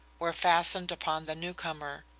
were fastened upon the newcomer.